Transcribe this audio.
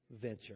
venture